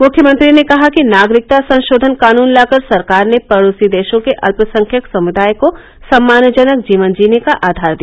मुख्यमंत्री ने कहा कि नागरिकता संशोधन कानून लाकर सरकार ने पड़ोसी देशों के अत्पसंख्यक समुदाय को सम्मानजनक जीवन जीने का आघार दिया